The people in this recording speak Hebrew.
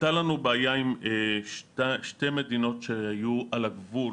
הייתה לנו בעיה עם שתי מדינות שהיו על הגבול,